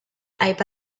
aipa